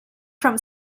from